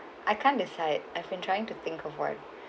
I can't decide I've been trying to think of what